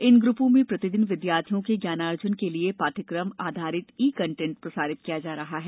इन ग्रुपों में प्रतिदिन विद्यार्थियों के ज्ञानार्जन के लिये पाठ्यक्रम आधारित ई कन्टेंट प्रसारित किया जा रहा है